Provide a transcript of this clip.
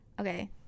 Okay